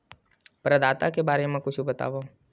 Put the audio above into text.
प्रदाता के बारे मा कुछु बतावव?